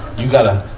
you gotta,